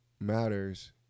matters